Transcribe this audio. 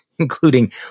including